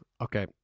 Okay